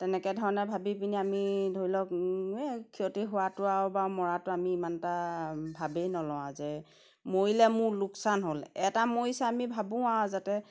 তেনেকৈ ধৰণে ভাবি পিনি আমি ধৰি লওক এই ক্ষতি হোৱাটো আৰু বা মৰাটো আমি ইমানটা ভাৱেই নলওঁ যে মৰিলে মোৰ লোকচান হ'ল এটা মৰিছে আমি ভাবোঁ আৰু যাতে